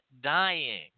dying